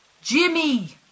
Jimmy